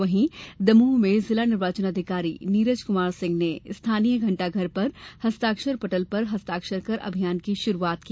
वहीं दमोह में जिला निर्वाचन अधिकारी नीरज कुमार सिंह ने स्थानीय घण्टाघर पर हस्ताक्षर पटल पर हस्ताक्षर कर अभियान की शुरूआत की